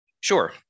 Sure